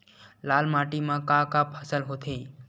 लाल माटी म का का फसल होथे?